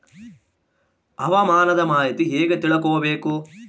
ಹವಾಮಾನದ ಮಾಹಿತಿ ಹೇಗೆ ತಿಳಕೊಬೇಕು?